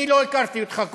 אני לא הכרתי אותך קודם,